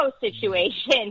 situation